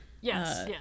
Yes